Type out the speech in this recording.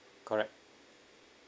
correct